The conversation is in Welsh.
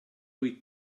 wyt